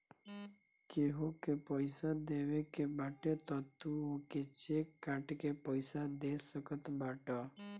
केहू के पईसा देवे के बाटे तअ तू ओके चेक काट के पइया दे सकत बाटअ